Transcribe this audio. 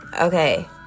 Okay